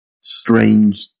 strange